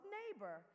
neighbor